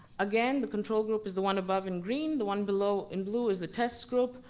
again, the control group is the one above in green, the one below in blue is the test group.